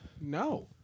No